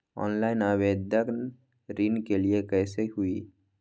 Online आवेदन ऋन के लिए कैसे हुई?